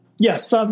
Yes